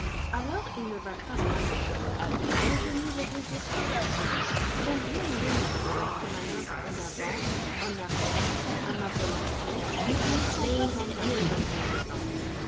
alors ils ne valent pas grand'chose et je ne les désire pas beaucoup j'aime bien mieux mes hussards qui manœuvrent en avant en arrière à ma volonté et ne sont pas enfermés dans une maison